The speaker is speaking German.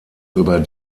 über